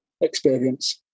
experience